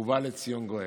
ובא לציון גואל.